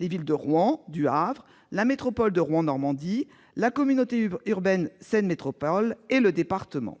les villes de Rouen et du Havre, la métropole Rouen Normandie, la communauté urbaine Le Havre Seine Métropole et le département.